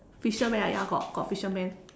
fisherman ah ya ya got fisherman